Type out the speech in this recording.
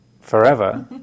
forever